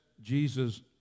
Jesus